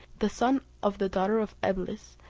the son of the daughter of eblis,